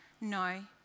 No